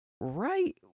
right